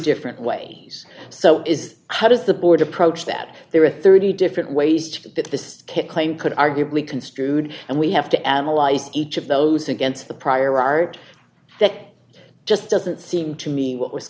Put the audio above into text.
different way he's so is how does the board approach that there are thirty different ways to get this to claim could arguably construed and we have to add allies to each of those against the prior art that just doesn't seem to me what was